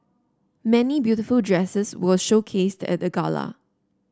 many beautiful dresses were showcased at the gala